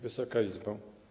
Wysoka Izbo!